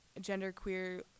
genderqueer